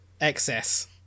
excess